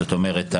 זאת אומרת,